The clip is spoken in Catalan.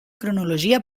cronologia